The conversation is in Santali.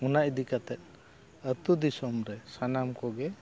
ᱚᱱᱟ ᱤᱫᱤ ᱠᱟᱛᱮᱫ ᱟᱛᱳ ᱫᱤᱥᱚᱢ ᱨᱮ ᱥᱟᱱᱟᱢ ᱠᱚᱜᱮ